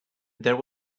there